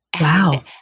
Wow